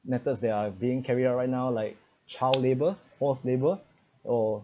matters they are being carried out right now like child labour force labour or